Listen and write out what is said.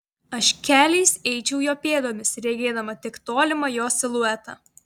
aš keliais eičiau jo pėdomis regėdama tik tolimą jo siluetą